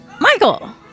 Michael